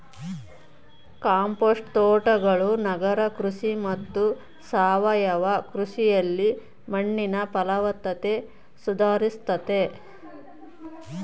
compost ತೋಟಗಳು ನಗರ ಕೃಷಿ ಮತ್ತು ಸಾವಯವ ಕೃಷಿಯಲ್ಲಿ ಮಣ್ಣಿನ ಫಲವತ್ತತೆ ಸುಧಾರಿಸ್ತತೆ